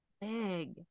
big